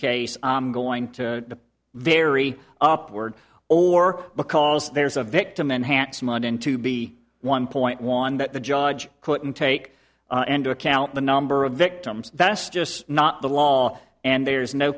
case i'm going to vary upward or because there's a victim enhancement and to be one point one that the judge couldn't take into account the number of victims that's just not the law and there's no